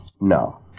No